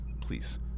please